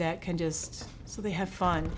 that can just so they have fun